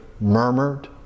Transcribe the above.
murmured